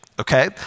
okay